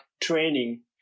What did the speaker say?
training